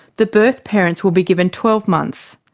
the birth parents will be given twelve months.